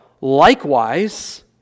likewise